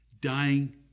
dying